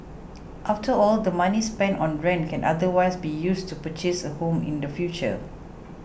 after all the money spent on rent can otherwise be used to purchase a home in the future